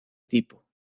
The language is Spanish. tipo